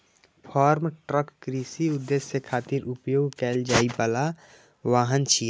farm truck कृषि उद्देश्य खातिर उपयोग कैल जाइ बला वाहन छियै